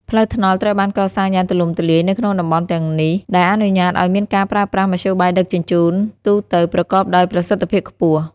ផ្លូវថ្នល់ត្រូវបានកសាងយ៉ាងទូលំទូលាយនៅក្នុងតំបន់ទាំងនេះ ដែលអនុញ្ញាតឱ្យមានការប្រើប្រាស់មធ្យោបាយដឹកជញ្ជូនទូទៅប្រកបដោយប្រសិទ្ធភាពខ្ពស់